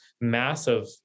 massive